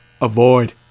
Avoid